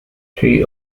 she